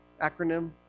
acronym